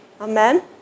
Amen